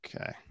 Okay